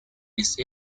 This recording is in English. this